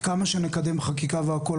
כמה שנקדם חקיקה והכל,